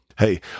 Hey